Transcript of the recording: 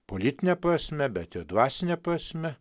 politine prasme bet ir dvasine prasme